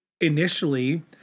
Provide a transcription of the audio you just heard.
initially